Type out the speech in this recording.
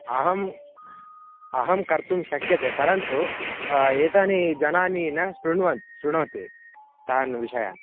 अहम् अहं कर्तुं शक्यते परन्तु एतानि जनानि न शृण्वन् शृणोति तान् विषयान्